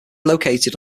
located